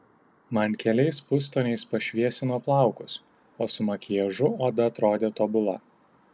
man keliais pustoniais pašviesino plaukus o su makiažu oda atrodė tobula